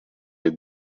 est